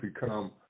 become